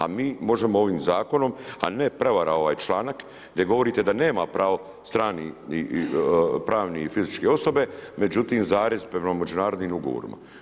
A mi možemo ovim zakonom, a ne prevara ovaj članak, gdje govorite da nema pravo strani pravni i fizičke osobe, međutim zarez prema međunarodnim ugovorima.